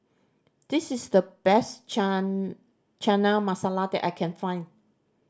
this is the best Chana Masala that I can find